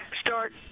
start